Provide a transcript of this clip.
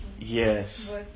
yes